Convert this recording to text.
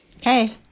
Hey